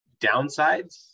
downsides